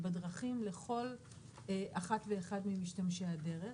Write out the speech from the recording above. בדרכים לכל אחת ואחד ממשתמשי הדרך.